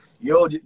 yo